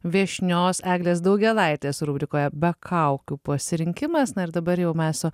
viešnios eglės daugėlaitės rubrikoje be kaukių pasirinkimas na ir dabar jau mes su